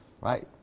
right